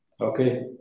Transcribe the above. Okay